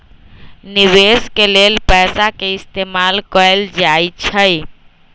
निवेश के लेल पैसा के इस्तमाल कएल जाई छई